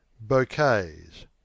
bouquets